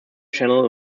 channel